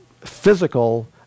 physical